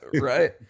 Right